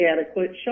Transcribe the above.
adequate